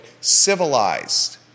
Civilized